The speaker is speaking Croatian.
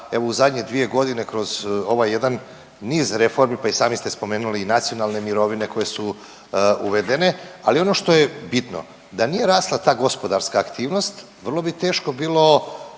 evo u zadnje 2.g. kroz ovaj jedan niz reformi, pa i sami ste spomenuli i nacionalne mirovine koje su uvedene. Ali ono što je bitno da nije rasla ta gospodarska aktivnost vrlo bi teško bilo